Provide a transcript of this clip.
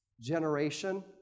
generation